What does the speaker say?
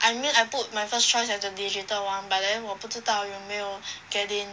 I mean I put my first choice as the digital [one] but then 我不知道有没有 get in